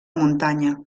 muntanya